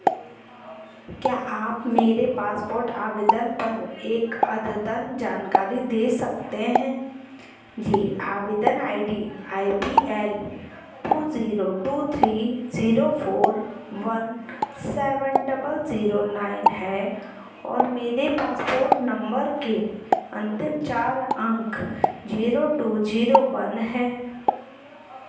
क्या आप मेरे पासपोर्ट आवेदन पर एक अद्यतन जानकारी दे सकते हैं जी आवेदन I D I P L two zero two three zero four one seven double zero nine है और मेरे पासपोर्ट नंबर के अंतिम चार अंक जीरो टू जीरो वन हैं